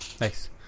Nice